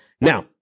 Now